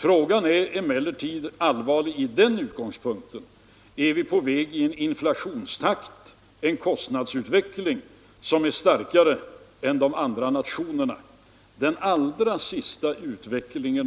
Frågan är emellertid allvarlig från följande utgångspunkt: Är vi på väg in i en kostnadsutveckling, som är starkare än de andra nationernas? Den allra senaste